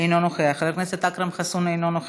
אינו נוכח, חבר הכנסת אכרם חסון,